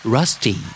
Rusty